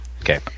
Okay